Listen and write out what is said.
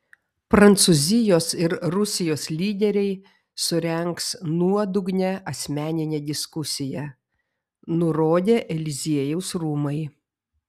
prancūzijos ir rusijos lyderiai surengs nuodugnią asmeninę diskusiją nurodė eliziejaus rūmai